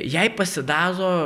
jai pasidaro